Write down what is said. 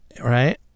right